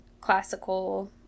classical